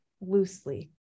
Loosely